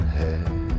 head